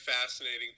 fascinating